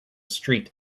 street